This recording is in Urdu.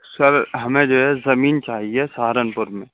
سر ہمیں جو ہے زمین چاہیے سہارنپور میں